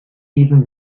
even